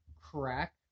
crack